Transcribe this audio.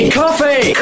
coffee